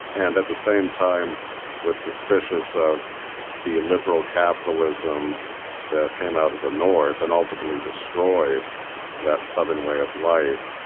and at the same time was suspicious of the liberal capitalism that came out of the north and ultimately destroyed that southern way of life.